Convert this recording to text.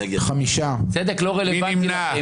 מי נמנע?